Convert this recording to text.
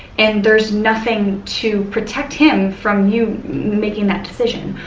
and there's nothing to protect him from you making that decision,